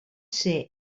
ser